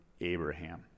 Abraham